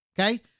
Okay